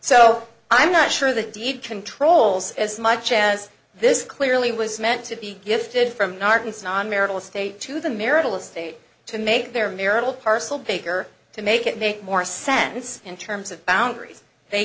so i'm not sure the deed controls as much as this clearly was meant to be gifted from norton's non marital estate to the marital estate to make their marital parcel bigger to make it make more sense in terms of boundaries they